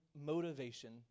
motivation